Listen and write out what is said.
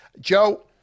Joe